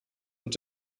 und